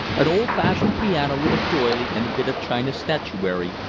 an old-fashioned piano with a doily and a bit of china statuary,